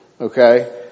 okay